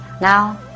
now